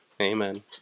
Amen